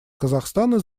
казахстана